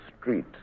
street